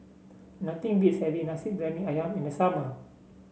nothing beats having Nasi Briyani ayam in the summer